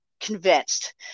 convinced